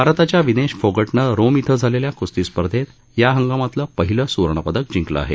भारताच्या विनेश फोगटनं रोम इथं झालेल्या कुस्ती स्पर्धेत या हंगामातलं पहिलं सुवर्णपदक जिंकलं आहे